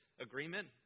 agreement